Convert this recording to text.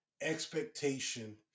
expectation